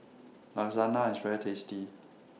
Lasagne IS very tasty